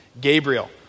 Gabriel